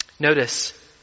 Notice